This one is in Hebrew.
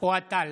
אוהד טל,